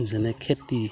যেনে খেতি